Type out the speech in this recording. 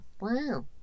Wow